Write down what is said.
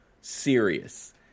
serious